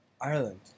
Ireland